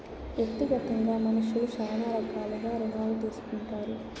వ్యక్తిగతంగా మనుష్యులు శ్యానా రకాలుగా రుణాలు తీసుకుంటారు